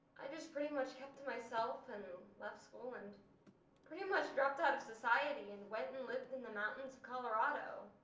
i just pretty much kept to myself and left school and pretty much dropped out of society and went and lived in the mountains of colorado.